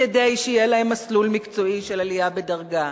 כדי שיהיה להם מסלול מקצועי של עלייה בדרגה,